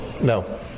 No